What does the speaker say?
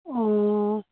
ᱚ